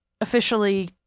officially